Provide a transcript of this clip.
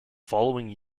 following